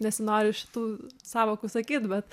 nesinori šitų sąvokų sakyt bet